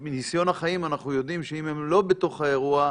מניסיון החיים אנחנו יודעים שאם הם לא בתוך האירוע,